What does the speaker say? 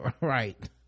right